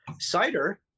cider